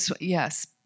yes